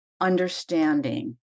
understanding